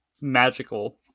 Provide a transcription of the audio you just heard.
magical